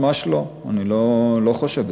אני לא חושב כך.